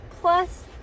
Plus